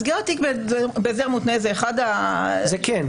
סגירת תיק בהסדר מותנה זה אחד --- זה כן.